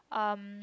um